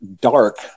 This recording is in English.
dark